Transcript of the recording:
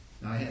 Now